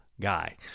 guy